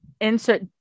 insert